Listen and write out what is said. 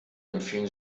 empfehlen